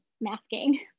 masking